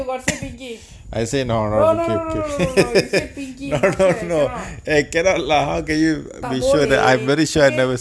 what's a picky no no no no you said pinky not fair can not okay